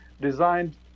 designed